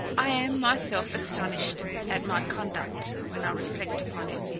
i am, myself, astonished at my conduct when i reflect upon it,